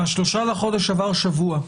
מה-3 לחודש עבר שבוע,